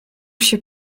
się